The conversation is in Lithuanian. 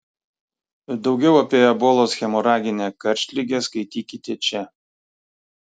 daugiau apie ebolos hemoraginę karštligę skaitykite čia